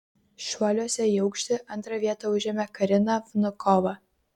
šuoliuose į aukštį antrą vietą užėmė karina vnukova